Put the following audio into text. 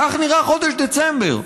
כך נראה חודש דצמבר?